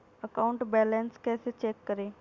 Account balance कैसे check करें?